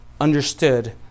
understood